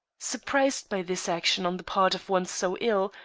surprised by this action on the part of one so ill,